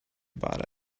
bought